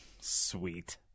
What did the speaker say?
Sweet